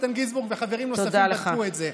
איתן גינזבורג וחברים נוספים בדקו את זה.